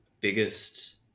biggest